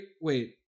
Wait